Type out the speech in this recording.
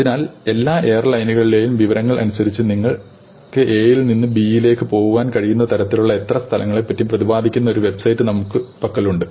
അതിനാൽ എല്ലാ എയർലൈനുകളിലെയും വിവരങ്ങൾ അനുസരിച്ച് നിങ്ങൾക്ക് A യിൽ നിന്ന് B യിലേക്ക് പോകുവാൻ കഴിയുന്ന തരത്തിലുള്ള എല്ലാ സ്ഥലങ്ങളെപ്പറ്റിയും പ്രതിപാദിക്കുന്ന ഒരു വെബ്സൈറ്റ് നമ്മുടെ പക്കലുണ്ട്